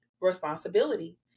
responsibility